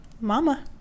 mama